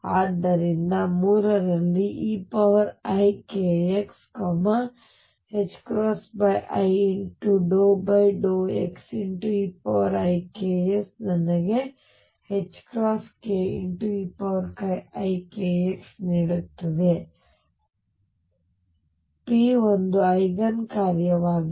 ಆದ್ದರಿಂದ ಮೂರರಲ್ಲಿ eikx i∂x eikx ನನಗೆ ℏk eikx ನೀಡುತ್ತದೆ p ಒಂದು ಐಗನ್ ಕಾರ್ಯವಾಗಿದೆ